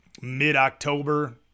mid-October